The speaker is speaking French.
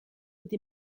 des